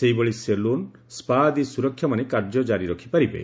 ସେହିଭଳି ସେଲୁନ୍ ସ୍ବା ଆଦି ସୁରକ୍ଷାମାନି କାର୍ଯ୍ୟ କାରି ରଖିପାରିବେ